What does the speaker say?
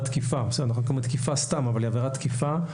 אנחנו קוראים לה תקיפה סתם אבל היא עבירת תקיפה.